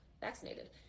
vaccinated